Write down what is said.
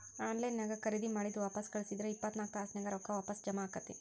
on line ನ್ಯಾಗ್ ಖರೇದಿ ಮಾಡಿದ್ ವಾಪಸ್ ಕಳ್ಸಿದ್ರ ಇಪ್ಪತ್ನಾಕ್ ತಾಸ್ನ್ಯಾಗ್ ರೊಕ್ಕಾ ವಾಪಸ್ ಜಾಮಾ ಆಕ್ಕೇತಿ